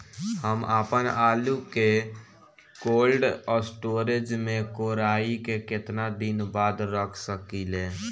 हम आपनआलू के कोल्ड स्टोरेज में कोराई के केतना दिन बाद रख साकिले?